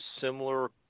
similar